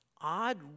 odd